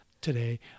today